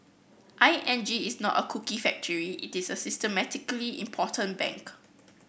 I N G is not a cookie factory it is a systemically important bank